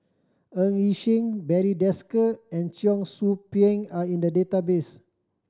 Ng Yi Sheng Barry Desker and Cheong Soo Pieng are in the database